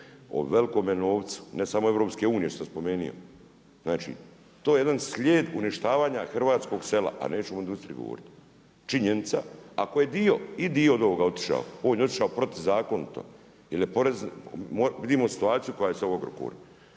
o velkome novcu ne samo EU što sam spomenuo. Znači to je jedan slijed uništavanja hrvatskog sela, a nećemo o industriji govoriti. Činjenica ako je i dio od ovoga otišao on je otišao protuzakonito jer je, vidimo situaciju koja je sa Agrokorom,